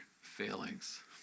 failings